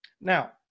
Now